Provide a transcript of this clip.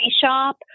shop